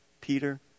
Peter